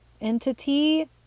entity